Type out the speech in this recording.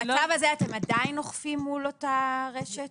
במצב הזה אתם עדיין אוכפים מול אותה רשת?